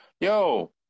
Yo